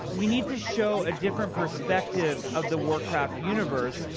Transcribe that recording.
we need to show a different perspective of the warcraft universe.